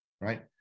right